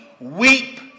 weep